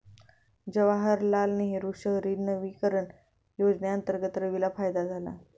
जवाहरलाल नेहरू शहरी नवीकरण योजनेअंतर्गत रवीला फायदा झाला